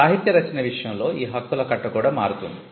సాహిత్య రచన విషయంలో ఈ హక్కుల కట్ట కూడా మారుతుంది